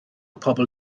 pobl